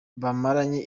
bamaranye